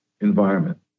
environment